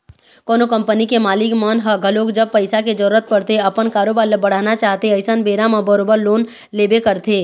कोनो कंपनी के मालिक मन ह घलोक जब पइसा के जरुरत पड़थे अपन कारोबार ल बढ़ाना चाहथे अइसन बेरा म बरोबर लोन लेबे करथे